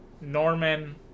Norman